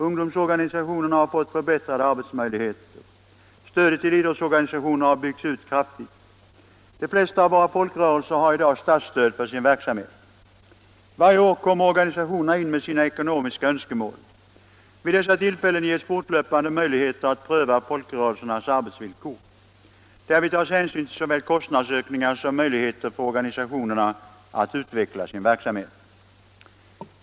Ungdomsorganisationerna har fått förbättrade arbetsmöjligheter. Stödet till idrottsorganisationerna har byggts ut kraftigt. De flesta av våra folkrörelser har i dag statsstöd för sin verksamhet. Varje år kommer organisationerna in med sina ekonomiska önskemål. Vid dessa tillfällen ges fortlöpande möjligheter att pröva folkrörelsernas arbetsvillkor. Därvid tas hänsyn till såväl kostnadsökningar som möjligheterna för organisationerna att utveckla sin verksamhet.